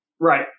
Right